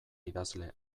idazle